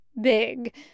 big